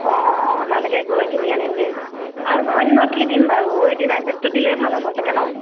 অ' তালৈকে গৈ কিনি আনিমগৈ আৰুনো অন্য কি দিম বাৰু এই ডিনাৰ ছে'টটো দিলেই ভাল হ'ব চাগে ন